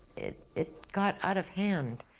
it it got out of hand.